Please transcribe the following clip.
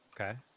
Okay